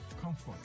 comfort